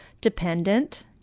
dependent